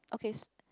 okay